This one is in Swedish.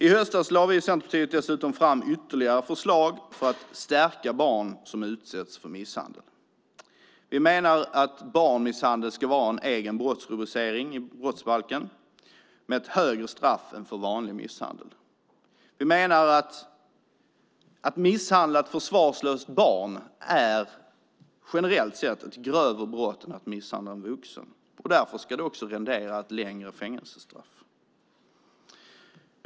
I höstas lade vi i Centerpartiet fram ytterligare förslag för att stärka barn som utsätts för misshandel. Vi menar att barnmisshandel ska vara en egen brottsrubricering i brottsbalken med ett högre straff än för vanlig misshandel. Att misshandla ett försvarslöst barn menar vi, generellt sett, är ett grövre brott än att misshandla en vuxen och därför ska det också rendera ett längre fängelsestraff.